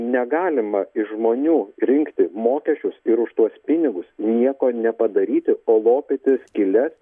negalima iš žmonių rinkti mokesčius ir už tuos pinigus nieko nepadaryti o lopyti skyles